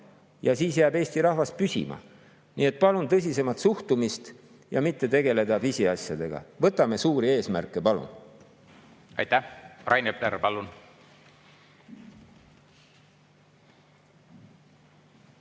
Ja siis jääb Eesti rahvas püsima. Nii et palun tõsisemat suhtumist ja mitte tegeleda pisiasjadega. Võtame suuri eesmärke, palun! Aitäh! Rain Epler, palun!